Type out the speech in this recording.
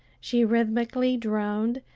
she rhythmically droned,